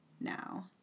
now